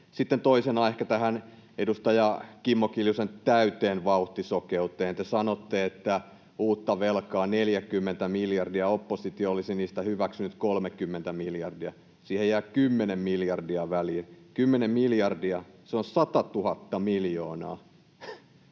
tähän edustaja Kimmo Kiljusen täyteen vauhtisokeuteen: Te sanotte, että kun uutta velkaa on 40 miljardia, oppositio olisi siitä hyväksynyt 30 miljardia. Siihen jää 10 miljardia väliä — 10 miljardia. Se on 10 000 miljoonaa.